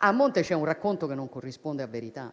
a monte c'è un racconto che non corrisponde a verità.